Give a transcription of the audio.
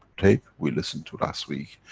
tape we listened to last week.